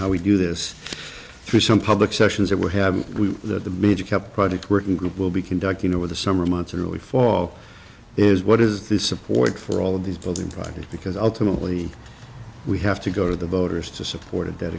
how we do this through some public session is that we have the media kept project working group will be conducting over the summer months or early fall is what is the support for all of these buildings likely because ultimately we have to go to the voters to support that